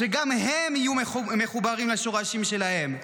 שגם הם יהיו מחוברים לשורשים שלהם,